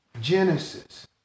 Genesis